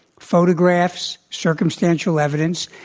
photographs, circumstantial evidence,